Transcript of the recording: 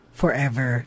forever